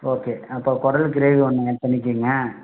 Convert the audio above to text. okay அப்போ குடல் gravy ஒன்று ஆட் பண்ணிக்கோங்க